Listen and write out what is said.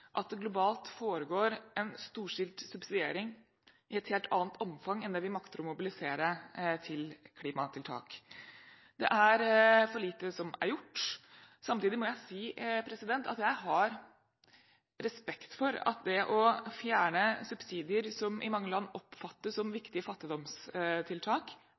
at det globalt foregår en storstilt subsidiering i et helt annet omfang enn det vi makter å mobilisere til klimatiltak. Det er for lite som er gjort. Samtidig har jeg respekt for at det å fjerne subsidier som i mange land oppfattes som viktige fattigdomstiltak,